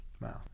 Wow